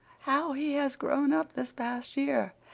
how he has grown up this past year!